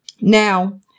Now